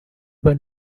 were